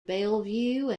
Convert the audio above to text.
bellevue